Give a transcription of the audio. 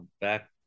back